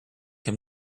him